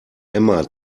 emma